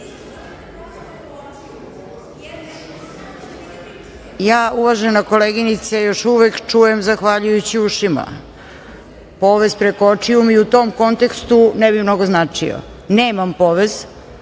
čujete.)Uvažena koleginice, ja još uvek čujem zahvaljujući ušima. Povez preko očiju mi u tom kontekstu ne bi mnogo značio. Nemam povez,